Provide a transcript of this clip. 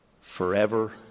forever